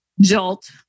jolt